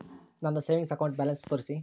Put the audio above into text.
ನನ್ನ savings account balance ತೋರಿಸಿ?